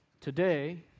Today